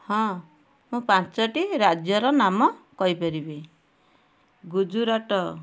ହଁ ମୁଁ ପାଞ୍ଚଟି ରାଜ୍ୟର ନାମ କଇପାରିବି ଗୁଜୁରାଟ